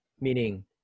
Meaning